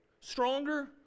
stronger